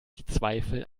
zweifel